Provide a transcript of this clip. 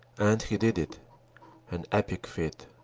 and he did it an epic feat.